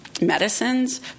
medicines